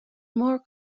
more